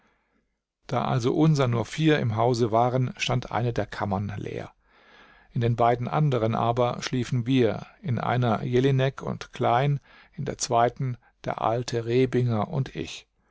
da also unser nur vier im hause waren stand eine der kammern leer in den beiden anderen aber schliefen wir in einer jelinek und klein in der zweiten der alte rebinger und ich